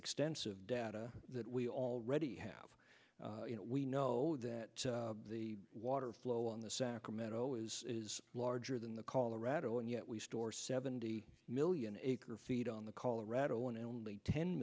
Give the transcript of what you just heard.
extensive data that we already have you know we know that the water flow on the sacramento is larger than the colorado and yet we store seventy million acre feet on the colorado and only ten